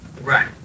Right